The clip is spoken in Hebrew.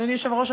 אדוני היושב-ראש,